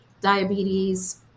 diabetes